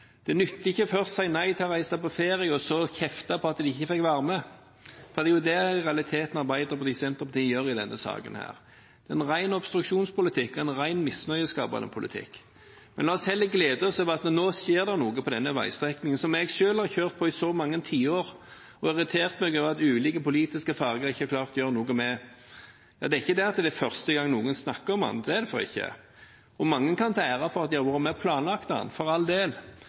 Det nytter ikke først å si nei til å reise på ferie og så kjefte for at en ikke fikk være med. Det er i realiteten det Arbeiderpartiet og Senterpartiet gjør i denne saken. Det er en ren obstruksjonspolitikk, det er en ren misnøyeskapende politikk. La oss heller glede oss over at nå skjer det noe på denne veistrekningen, som jeg selv har kjørt på i så mange tiår og irritert meg over at ulike politiske farger ikke har klart å gjøre noe med. Det er ikke det at det er første gangen noen snakker om denne strekningen. Det er det ikke, og mange kan ta ære for at de har vært med på å planlegge den, for all del.